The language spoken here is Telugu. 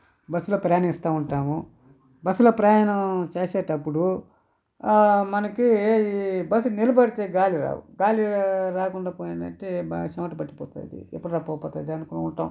బస్సులో ప్రయాణిస్తూ ఉంటాము బస్సులో ప్రయాణం చేసేటప్పుడు మనకి ఈ బస్సు నిలబడితే గాలి రాదు గాలి రాకుండా పోయిందంటే బాగా చెమట పట్టిపోతుంది ఎప్పుడురా పోతాం అనుకుని ఉంటాం